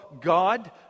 God